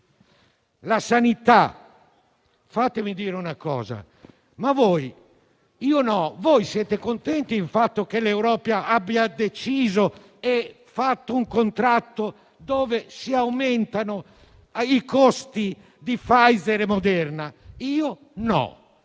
la sanità. Fatemi dire una cosa: ma voi siete contenti - io no - che l'Europa abbia deciso e fatto un contratto con il quale si aumentano i costi di Pfeizer e Moderna? Io no,